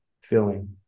feeling